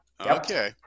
Okay